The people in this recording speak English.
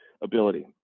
ability